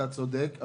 אתה צודק.